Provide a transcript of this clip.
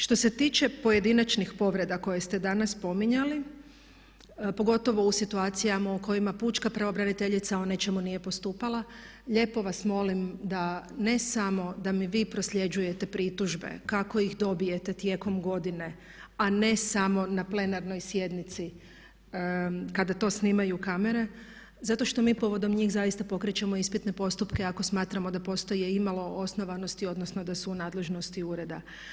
Što se tiče pojedinačnih povreda koje ste danas spominjali pogotovo u situacijama u kojima pučka pravobraniteljica o nečemu nije postupala, lijepo vas molim da ne samo da mi vi prosljeđujete pritužbe kako ih dobijete tijekom godine a ne samo na plenarnoj sjednici kada to snimaju kamere zato što mi povodom njih zaista pokrećemo ispitne postupke ako smatramo da postoje imalo osnovanosti odnosno da su u nadležnosti ureda.